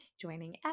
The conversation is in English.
joining